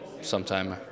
sometime